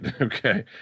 Okay